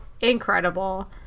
incredible